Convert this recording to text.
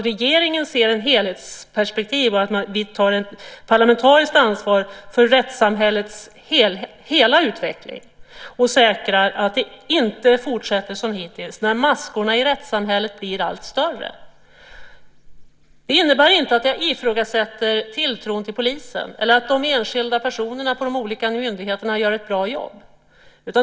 Regeringen bör se ett helhetsperspektiv och ta ett parlamentariskt ansvar för rättssamhällets hela utveckling och säkra att det inte fortsätter som hittills, när maskorna i rättssamhället blir allt större. Det innebär inte att jag ifrågasätter polisen eller att de enskilda personerna på de olika myndigheterna gör ett bra jobb.